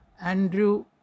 Andrew